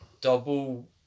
double